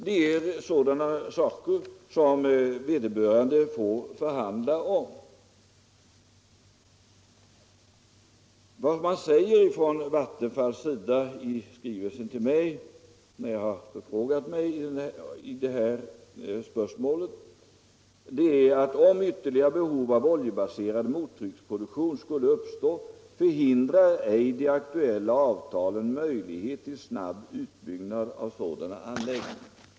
Det är sådant som vederbörande får förhandla om. Vad Vattenfall säger i skrivelsen till mig, när jag har förfrågat mig i detta spörsmål, är att om ytterligare behov av oljebaserad mottrycksproduktion skulle uppstå, så hindrar inte de aktuella avtalen möjligheten till snabb utbyggnad av sådana anläggningar.